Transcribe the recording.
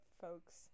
folks